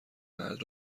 مرد